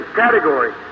category